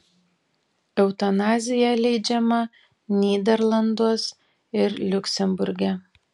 eutanazija leidžiama nyderlanduos ir liuksemburge